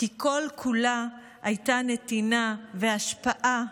כי כל-כולה הייתה נתינה והשפעה,